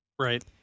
Right